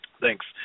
thanks